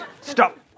stop